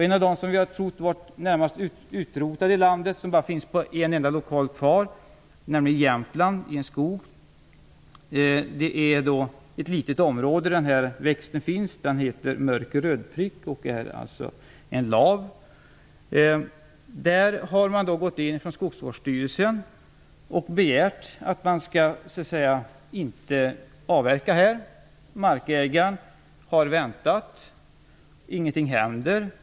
En av dem som vi trott varit närmast utrotad i landet finns kvar på en enda plats, nämligen i ett litet område i Jämtland, är mörk rödprick, en sorts lav. Skogsstyrelsen har begärt att man inte skall avverka där. Markägaren har väntat, men ingenting händer.